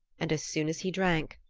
and as soon as he drank,